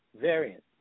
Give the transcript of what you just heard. variant